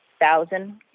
thousand